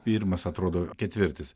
pirmas atrodo ketvirtis